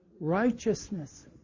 righteousness